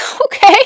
Okay